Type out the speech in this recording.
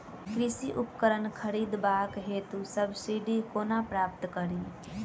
कृषि उपकरण खरीदबाक हेतु सब्सिडी कोना प्राप्त कड़ी?